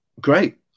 great